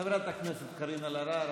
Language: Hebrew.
חברת הכנסת קארין אלהרר,